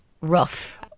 rough